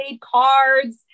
cards